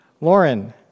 Lauren